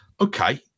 okay